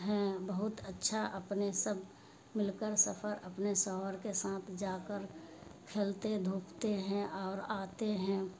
ہیں بہت اچھا اپنے سب مل کر سفر اپنے سوہر کے ساتھ جا کر کھیلتے دھوپتے ہیں اور آتے ہیں